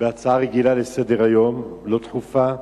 בהצעה רגילה לסדר-היום, לא דחופה,